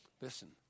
listen